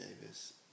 Davis